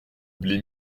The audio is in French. blé